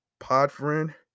Podfriend